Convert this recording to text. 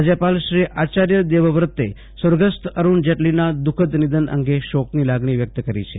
રાજ્યપાલશ્રી આચાર્ય દેવવ્રતે સ્વર્ગસ્થ અરૂણ જેટલીના દ્વઃખદ નિધન અંગે શોકની લાગણી વ્યક્ત કરી છે